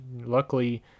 Luckily